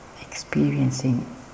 Experiencing